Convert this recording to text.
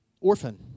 Orphan